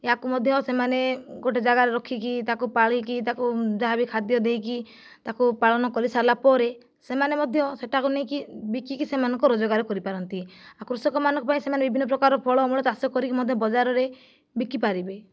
ଏହାକୁ ମଧ୍ୟ ସେମାନେ ଗୋଟିଏ ଯାଗାରେ ରଖିକି ତାକୁ ପାଳିକି ତାକୁ ଯାହା ବି ଖାଦ୍ୟ ଦେଇକି ତାକୁ ପାଳନ କରି ସାରିଲା ପରେ ସେମାନେ ମଧ୍ୟ ସେଟାକୁ ନେଇ ବିକିକି ସେମାନଙ୍କ ରୋଜଗାର କରିପାରନ୍ତି ଆଉ କୃଷକମାନଙ୍କ ପାଇଁ ସେମାନେ ବିଭିନ୍ନ ପ୍ରକାର ଫଳମୂଳ ଚାଷ କରିକି ମଧ୍ୟ ବଜାରରେ ବିକି ପାରିବେ